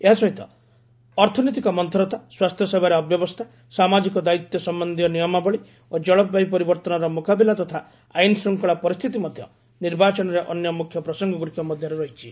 ଏହାସହିତ ଅର୍ଥନୀତିକ ମନ୍ତରତା ସ୍ୱାସ୍ଥ୍ୟସେବାରେ ଅବ୍ୟବସ୍ଥା ସାମାଜିକ ଦାୟିତ୍ୱ ସମ୍ଭନ୍ଧୀୟ ନିୟମାବଳୀ ଓ ଜଳବାୟୁ ପରିବର୍ତ୍ତନର ମୁକାବିଲା ତଥା ଆଇନ୍ ଶ୍ରୁଙ୍ଗଳା ପରିସ୍ଥିତି ମଧ୍ୟ ନିର୍ବାଚନରେ ଅନ୍ୟ ମୁଖ୍ୟ ପ୍ରସଙ୍ଗଗୁଡ଼ିକ ମଧ୍ୟରେ ରହିଛି